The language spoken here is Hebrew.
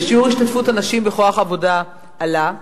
שיעור השתתפות הנשים בכוח העבודה עלה,